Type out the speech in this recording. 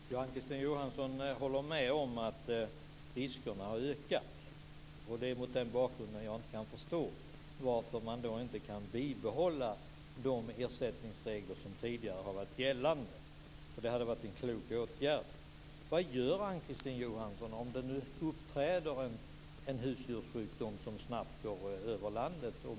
Fru talman! Ann-Kristine Johansson håller med om att riskerna har ökat. Det är mot den bakgrunden jag inte kan förstå varför man inte kan behålla de ersättningsregler som tidigare har varit gällande. Det hade varit en klok åtgärd. Vad gör Ann-Kristine Johansson om det nu uppträder en husdjurssjukdom som snabbt går över landet?